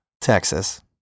Texas